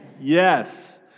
Yes